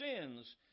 sins